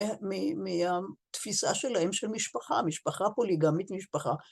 ‫מהתפיסה שלהם של משפחה, ‫משפחה פוליגמית, משפחה.